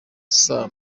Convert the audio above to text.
saa